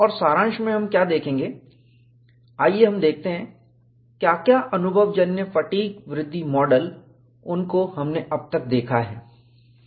और सारांश में हम क्या देखेंगे आइए हम देखते हैं क्या क्या अनुभवजन्य फटीग वृद्धि मॉडल उनको हमने अब तक देखा है